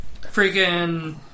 Freaking